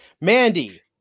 Mandy